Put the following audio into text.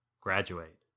graduate